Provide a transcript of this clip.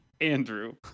Andrew